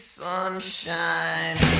sunshine